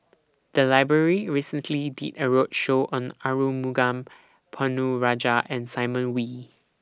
The Library recently did A roadshow on Arumugam Ponnu Rajah and Simon Wee